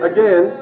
Again